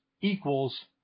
equals